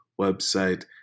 website